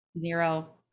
zero